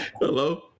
Hello